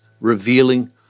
revealing